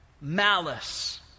malice